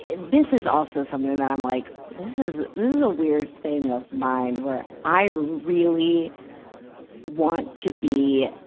and this is also something that i'm like, this is, this is a weird thing of mine where i really want to be,